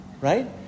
right